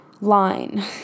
line